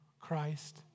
Christ